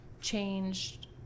changed